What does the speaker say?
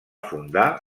fundar